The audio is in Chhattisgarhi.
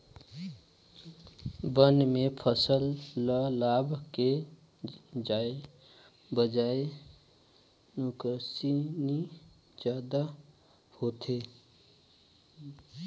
बन में फसल ल लाभ के बजाए नुकसानी जादा होथे